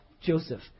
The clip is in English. Joseph